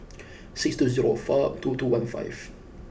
six two zero four two two one five